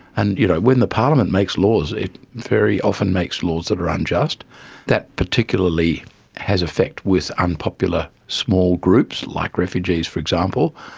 and you know when the parliament makes laws it very often makes laws that are unjust that particularly has effect with unpopular small groups like refugees, for example,